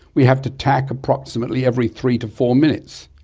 we have to tack approximately every three to four minutes.